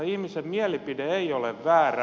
ihmisen mielipide ei ole väärä